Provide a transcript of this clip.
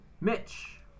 Mitch